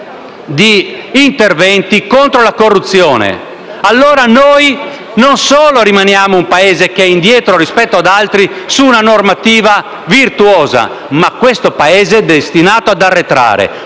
di interventi contro la corruzione. Non solo, allora, rimaniamo un Paese che è indietro rispetto ad altri su una normativa virtuosa, ma questo Paese è destinato ad arretrare.